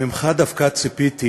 ממך דווקא ציפיתי